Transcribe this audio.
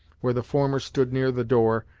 where the former stood near the door,